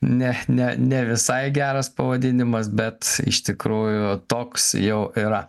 ne ne ne visai geras pavadinimas bet iš tikrųjų toks jau yra